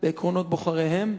בעקרונות בוחריהם,